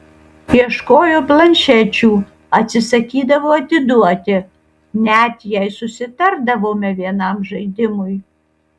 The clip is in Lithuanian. ieškojo planšečių atsisakydavo atiduoti net jei susitardavome vienam žaidimui